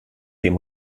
dem